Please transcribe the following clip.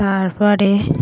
তারপরে